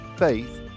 faith